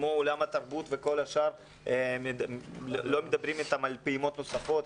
כמו עולם התרבות וכל השאר לא מדברים איתם על פעימות נוספות.